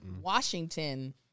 Washington